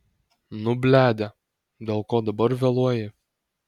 nu bledė dėl ko dabar vėluoji